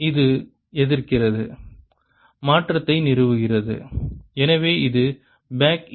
இது எதிர்க்கிறது மாற்றத்தை நிறுவுகிறது எனவே இது பேக் ஈ